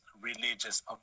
religious